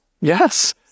yes